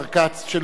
שלא מבין.